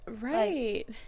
Right